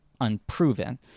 unproven